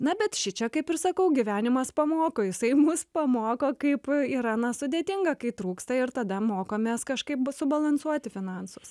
na bet šičia kaip ir sakau gyvenimas pamoko jisai mus pamoko kaip yra na sudėtinga kai trūksta ir tada mokomės kažkaib subalansuoti finansus